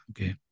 okay